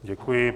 Děkuji.